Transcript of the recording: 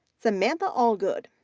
samantha allgood,